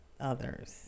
others